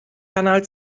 kanal